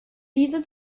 diese